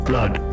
Blood